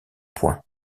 point